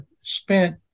spent